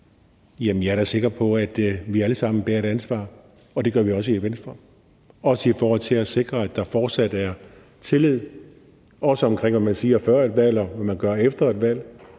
jeg er da sikker på, at vi alle sammen bærer et ansvar, og det gør vi også i Venstre – i forhold til at sikre, at der fortsat er tillid, også i forhold til hvad man siger før et valg og hvad man gør efter et valg.